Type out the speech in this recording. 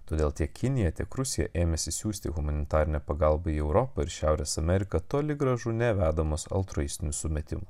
todėl tiek kinija tiek rusija ėmėsi siųsti humanitarinę pagalbą į europą ir šiaurės ameriką toli gražu ne vedamos altruistinių sumetimų